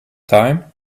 time